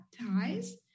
ties